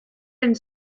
and